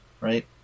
right